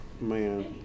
man